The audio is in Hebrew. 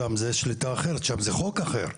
שם זה שליטה אחרת ושם זה חוק אחר.